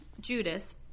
Judas